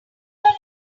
your